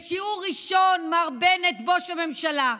מר בנט, בוש הממשלה,